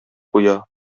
куя